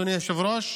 אדוני היושב-ראש.